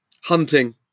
Hunting